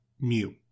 Mew